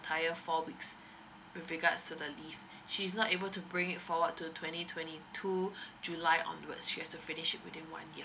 entire four weeks with regards to the leave she's not able to bring it forward to twenty twenty two july onwards she have to finish it within one year